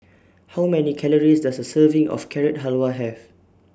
How Many Calories Does A Serving of Carrot Halwa Have